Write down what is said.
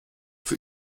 für